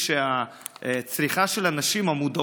שאנחנו יודעים שהם אמורים לפתוח עכשיו,